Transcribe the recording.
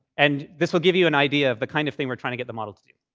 and this will give you an idea of the kind of thing we're trying to get the model to do.